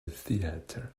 theater